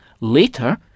Later